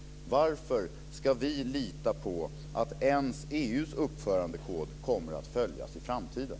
Varför ska vi lita på att ens EU:s uppförandekod kommer att följas i framtiden?